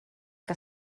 que